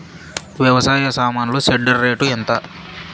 వ్యవసాయ సామాన్లు shredder rate ఎంత?